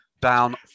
down